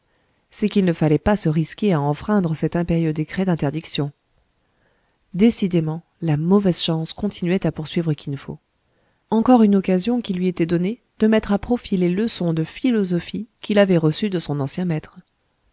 c'est qu'il ne fallait pas se risquer à enfreindre cet impérieux décret d'interdiction décidément la mauvaise chance continuait à poursuivre kin fo encore une occasion qui lui était donnée de mettre à profit les leçons de philosophie qu'il avait reçues de son ancien maître